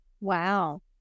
Wow